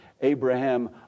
Abraham